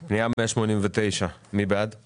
מי בעד פנייה מס' 189, מי נגד?